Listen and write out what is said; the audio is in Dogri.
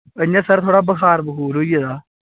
इ'यां सर थोह्ड़ा बखार बखूर होई गेदा